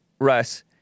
Russ